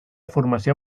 formació